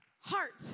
Heart